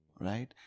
right